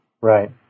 Right